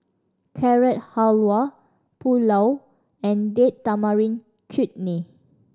Carrot Halwa Pulao and Date Tamarind Chutney